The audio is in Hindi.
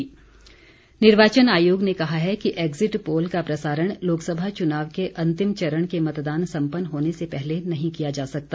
एक्जिट पोल निर्वाचन आयोग ने कहा है कि एक्जिट पोल का प्रसारण लोकसभा चुनाव के अंतिम चरण के मतदान सम्पन्न होने से पहले नहीं किया जा सकता